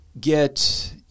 get